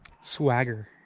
swagger